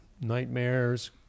Nightmares